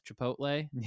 Chipotle